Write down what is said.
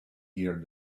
ear